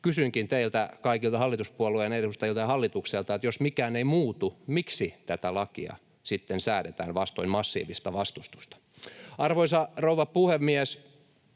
Kysynkin teiltä kaikilta hallituspuolueiden edustajilta ja hallitukselta: jos mikään ei muutu, miksi tätä lakia sitten säädetään vastoin massiivista vastustusta? Arvoisa rouva puhemies!